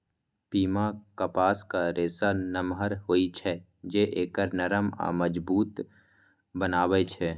पीमा कपासक रेशा नमहर होइ छै, जे एकरा नरम आ मजबूत बनबै छै